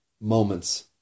moments